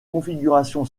configuration